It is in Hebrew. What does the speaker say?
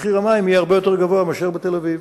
מחיר המים יהיה הרבה יותר גבוה מאשר בתל-אביב.